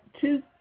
two